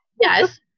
Yes